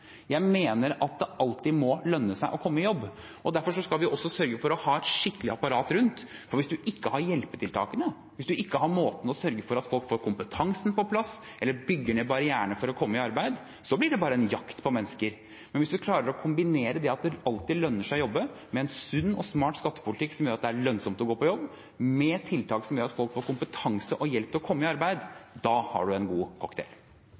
Jeg mener at det alltid må lønne seg å komme i jobb. Derfor skal vi også sørge for å ha et skikkelig apparat rundt, for hvis man ikke har hjelpetiltakene, hvis man ikke har måten for å sørge for at folk får kompetansen på plass eller for å bygge ned barrierene for å komme i arbeid, blir det bare en jakt på mennesker. Men hvis man klarer å kombinere det at det alltid lønner seg å jobbe, med en sunn og smart skattepolitikk som gjør at det er lønnsomt å gå på jobb, med tiltak som gjør at folk får kompetanse og hjelp til å komme i arbeid, da har man en god